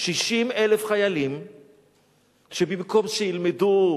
60,000 חיילים כשבמקום שילמדו,